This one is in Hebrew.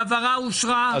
הצבעה ההעברה אושרה.